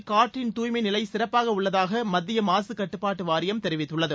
சென்னையில் காற்றின் தூய்மை நிலை சிறப்பாக உள்ளதாக மத்திய மாசுக்கட்டுப்பாட்டு வாரியம் தெரிவித்துள்ளது